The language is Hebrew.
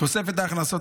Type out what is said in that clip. תוספת ההכנסות